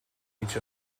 each